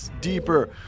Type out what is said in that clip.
deeper